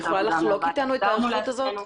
את יכולה לחלוק איתנו את ההיערכות הזאת?